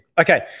Okay